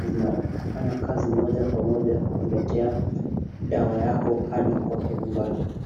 zinafanya kazi moja kwa moja kukuleta dawa yako hadi kwako nyumbani.